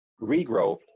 regrowth